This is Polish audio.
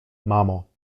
mamo